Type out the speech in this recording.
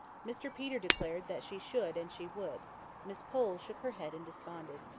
mr peter declared that she should and she would miss pole shook her head and desponded.